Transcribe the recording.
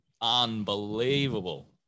unbelievable